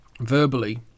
verbally